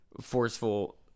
forceful